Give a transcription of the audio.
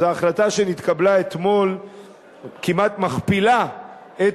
אז ההחלטה שנתקבלה אתמול כמעט מכפילה את